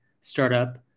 startup